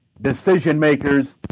decision-makers